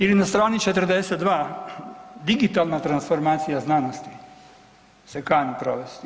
Ili na str. 42 „digitalna transformacija znanosti“ se kani provesti.